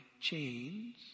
chains